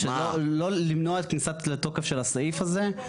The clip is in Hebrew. למנוע כניסה לתוקף של הסעיף הזה.